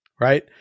right